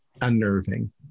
unnerving